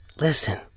Listen